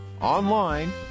online